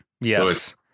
Yes